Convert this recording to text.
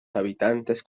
habitantes